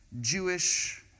Jewish